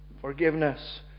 forgiveness